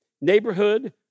neighborhood